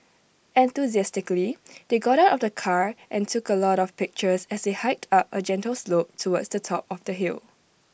enthusiastically they got out of the car and took A lot of pictures as they hiked up A gentle slope towards the top of the hill